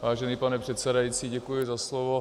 Vážený pane předsedající, děkuji za slovo.